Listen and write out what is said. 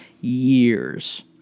years